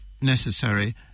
necessary